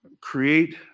create